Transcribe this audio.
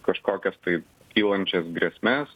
kažkokias tai kylančias grėsmes